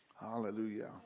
Hallelujah